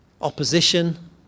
opposition